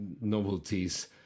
novelties